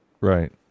right